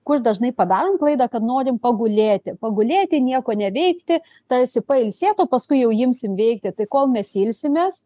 kur dažnai padarom klaidą kad norim pagulėti pagulėti nieko neveikti tarsi pailsėt o paskui jau imsim veikti tai kol mes ilsimės